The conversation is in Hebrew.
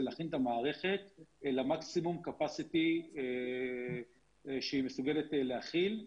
זה להכין את המערכת למקסימום קפסיטי שהיא מסוגלת להכיל.